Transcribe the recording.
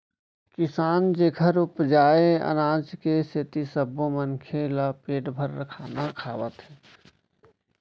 किसान जेखर उपजाए अनाज के सेती सब्बो मनखे ल पेट भर खाना खावत हे